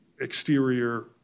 exterior